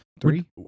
three